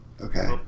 Okay